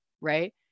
right